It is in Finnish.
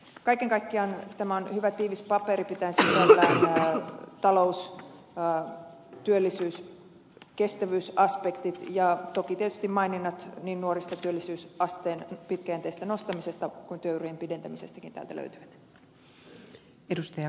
kaiken kaikkiaan tämä on hyvä tiivis paperi pitäen sisällään talous työllisyys ja kestävyysaspektit ja toki tietysti maininnat niin nuorten työllisyysasteen pitkäjänteisestä nostamisesta kuin työurien pidentämisestäkin täältä löytyvät